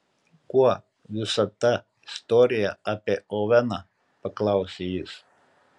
kuo visa ta istorija apie oveną paklausė jis